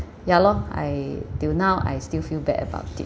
ya loh I till now I still feel bad about it